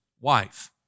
wife